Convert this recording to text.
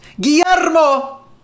Guillermo